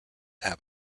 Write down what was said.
have